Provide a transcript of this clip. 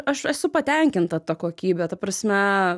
aš esu patenkinta ta kokybe ta prasme